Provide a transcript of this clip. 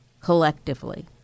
collectively